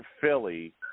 Philly